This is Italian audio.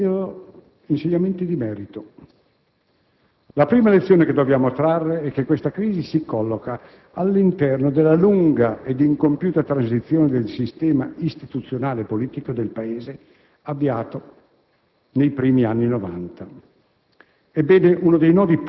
insegnamenti di metodo e gli insegnamenti di merito. La prima lezione che dobbiamo trarre è che questa crisi si colloca all'interno della lunga ed incompiuta transizione del sistema istituzionale e politico del Paese avviata nei primi anni Novanta.